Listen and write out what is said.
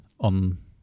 on